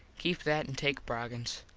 keep that and take broggins.